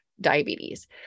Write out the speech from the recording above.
diabetes